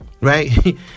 right